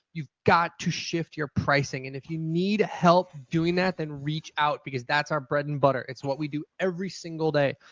you've got to shift your pricing and if you need help doing that then reach out because that's our bread and butter. it's what we do every single day.